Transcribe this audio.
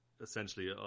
essentially